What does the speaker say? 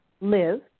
live